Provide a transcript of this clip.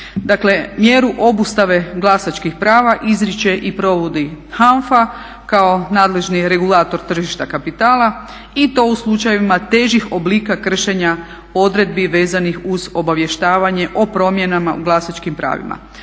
mjeru obustave glasačkih prava izriče i provodi HANFA kao nadležni regulator tržišta kapitala i to u slučajevima težih oblika kršenja odredbi vezanih uz obavještavanje o promjenama u glasačkim pravima.